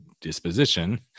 disposition